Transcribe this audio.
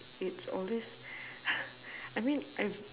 it's always I mean I